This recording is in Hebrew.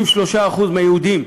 33% מהיהודים,